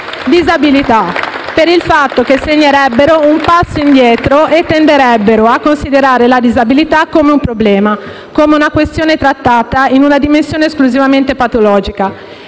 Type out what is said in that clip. Questo per il fatto che segnerebbero un passo indietro e tenderebbero a considerare la disabilità come un problema e come una questione trattata in una dimensione esclusivamente patologica.